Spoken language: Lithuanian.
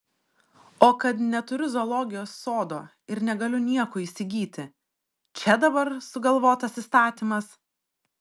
o kad neturiu zoologijos sodo ir negaliu nieko įsigyti čia dabar sugalvotas įstatymas